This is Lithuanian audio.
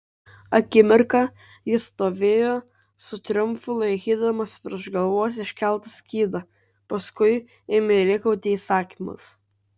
akimirką jis stovėjo su triumfu laikydamas virš galvos iškeltą skydą paskui ėmė rėkauti įsakymus